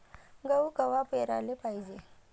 गहू कवा पेराले पायजे?